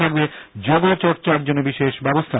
থাকবে যোগ চর্চার জন্য বিশেষ ব্যবস্থা